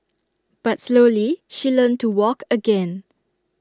but slowly she learnt to walk again